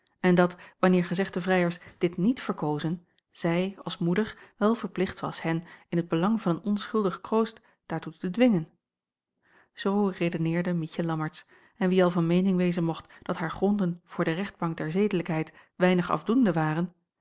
en dat wanneer gezegde vrijers dit niet verkozen zij als moeder wel verplicht was hen in t belang van een onschuldig kroost daartoe te dwingen zoo redeneerde mietje lammertsz en wie al van meening wezen mocht dat haar gronden voor de rechtbank der zedelijkheid weinig afdoende waren